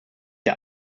der